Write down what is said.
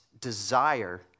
desire